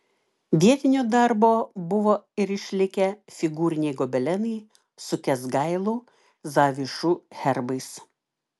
vietinio darbo buvo ir išlikę figūriniai gobelenai su kęsgailų zavišų herbais